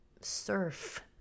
surf